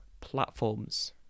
platforms